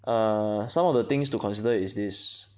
err some of the things to consider is this